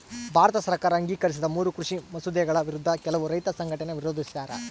ಭಾರತ ಸರ್ಕಾರ ಅಂಗೀಕರಿಸಿದ ಮೂರೂ ಕೃಷಿ ಮಸೂದೆಗಳ ವಿರುದ್ಧ ಕೆಲವು ರೈತ ಸಂಘಟನೆ ವಿರೋಧಿಸ್ಯಾರ